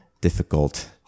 difficult